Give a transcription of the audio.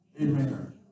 Amen